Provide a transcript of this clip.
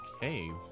Cave